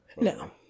No